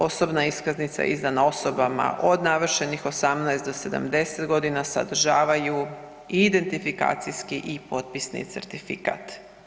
Osobna iskaznica je izdana osobama od navršenih 18 do 70.g., sadržavaju i identifikacijski i potpisni certifikat.